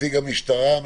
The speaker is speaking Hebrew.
אנו